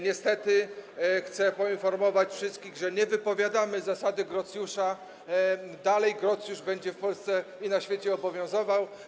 Niestety chcę poinformować wszystkich, że nie wypowiadamy zasady Grocjusza, dalej Grocjusz będzie w Polsce i na świecie obowiązywał.